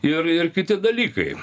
ir ir kiti dalykai